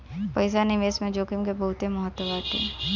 पईसा निवेश में जोखिम के बहुते महत्व बाटे